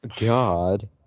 God